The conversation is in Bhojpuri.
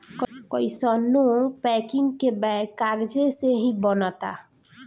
कइसानो पैकिंग के बैग कागजे से ही बनता